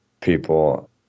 people